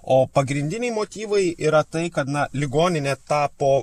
o pagrindiniai motyvai yra tai kad na ligoninė tapo